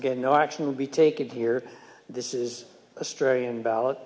again no action will be taken here this is a stray and ballot